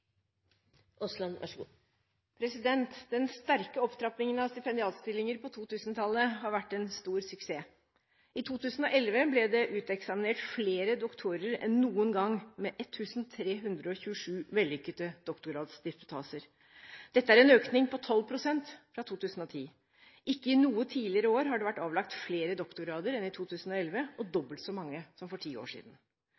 i Stortinget. Så også på dette området ser jeg frem til statsrådens svar. Den sterke opptrappingen av stipendiatstillinger på 2000-tallet har vært en stor suksess. I 2011 ble det uteksaminert flere doktorer enn noen gang, med 1 327 vellykkede doktorgradsdisputaser. Dette er en økning på 12 pst. fra 2010. Ikke i noe tidligere år har det vært avlagt flere doktorgrader enn i 2011, og